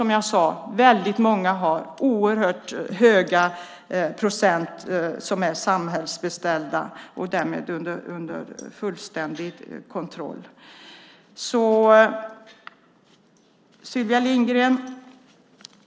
Många har en oerhört hög procent samhällsbeställda körningar och därmed en fullständig kontroll. Sylvia Lindgren!